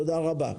תודה רבה.